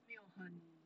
没有很